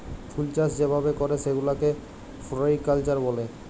ফুলচাষ যে ভাবে ক্যরে সেগুলাকে ফ্লরিকালচার ব্যলে